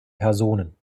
personen